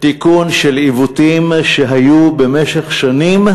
תיקון עיוותים שהיו במשך שנים,